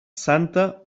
santa